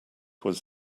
was